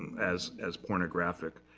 as as pornographic.